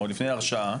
עוד לפני הרשאה,